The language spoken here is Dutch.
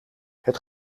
het